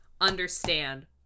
understand